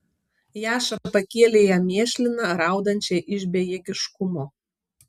jaša pakėlė ją mėšliną raudančią iš bejėgiškumo